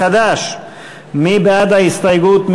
מי בעד ההסתייגות?